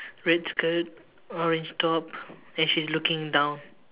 red skirt orange top and she's looking down